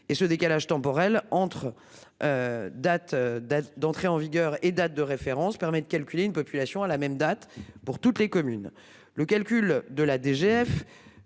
et ce décalage temporel entre. Date date d'entrée en vigueur et date de référence, permet de calculer une population à la même date pour toutes les communes.